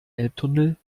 elbtunnel